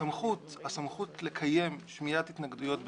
הסמכות לקיים שמיעת התנגדויות ב"זום",